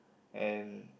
and